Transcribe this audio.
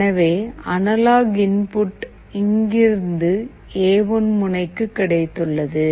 எனவே analog input இங்கிருந்து A 1 முனைக்கு கிடைத்துள்ளது